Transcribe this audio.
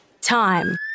Time